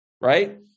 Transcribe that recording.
right